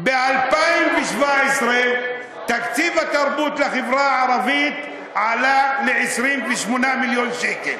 ב-2017 תקציב התרבות לחברה הערבית עלה ל-28 מיליון שקל.